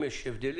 האם יש הבדלים.